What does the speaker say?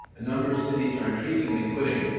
a number of cities are increasingly putting